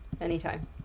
Anytime